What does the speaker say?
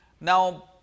now